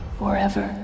forever